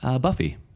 Buffy